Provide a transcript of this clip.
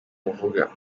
buvuga